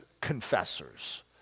confessors